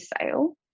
sale